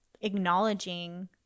acknowledging